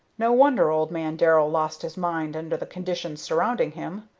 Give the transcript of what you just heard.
no wonder old man darrell lost his mind under the conditions surrounding him.